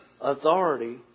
authority